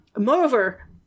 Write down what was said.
Moreover